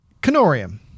Canorium